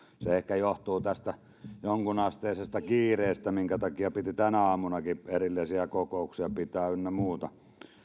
se ehkä johtuu tästä jonkunasteisesta kiireestä minkä takia piti tänäkin aamuna erillisiä kokouksia pitää ynnä muuta